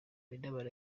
riderman